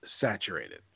saturated